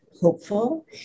hopeful